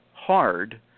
Hard